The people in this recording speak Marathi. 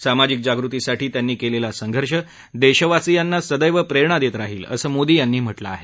सामाजिक जागृतीसाठी त्यांनी केलेला संघर्ष देशवासीयांना सदैव प्रेरणा देत राहील असं मोदी यांनी म्हटलं आहे